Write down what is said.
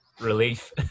relief